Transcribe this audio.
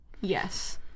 Yes